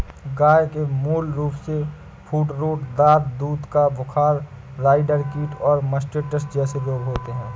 गय के मूल रूपसे फूटरोट, दाद, दूध का बुखार, राईडर कीट और मास्टिटिस जेसे रोग होते हें